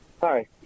Hi